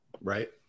Right